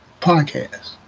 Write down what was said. podcast